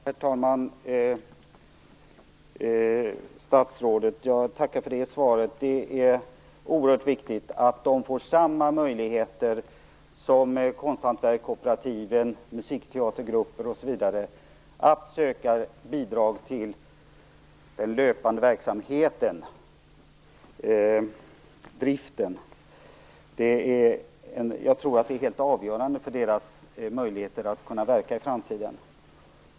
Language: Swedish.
Herr talman! Jag tackar statsrådet för det svaret. Det är oerhört viktigt att de får samma möjligheter som konsthantverkskooperativen, musikteatergrupper osv. att söka bidrag till den löpande verksamheten. Jag tror att det är helt avgörande för deras möjligheter att verka i framtiden.